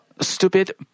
stupid